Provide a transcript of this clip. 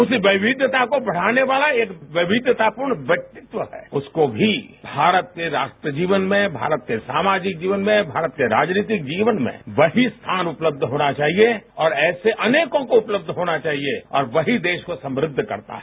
उस विविधता को बढ़ाने वाला एक विविधतापूर्ण व्यक्तित्व है उसको भी भारत के राष्ट्रीय जीवन में भारत के सामाजिक जीवन में भारत के राजनीतिक जीवन में वही स्थान उपलब्ध होना चाहिए और ऐसे अनेकों को उपलब्ध होना चाहिए और वही देश को समुद्ध करता है